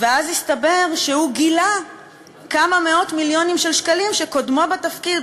ואז הסתבר שהוא גילה כמה מאות מיליונים של שקלים שקודמו בתפקיד,